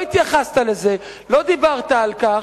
לא התייחסת לזה, לא דיברת על כך,